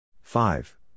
five